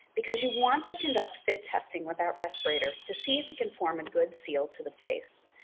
because you want to conduct fit testing without respirator to see if it can form a good seal to the face.